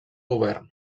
govern